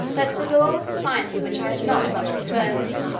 that the law was a science in which i had not much conversed,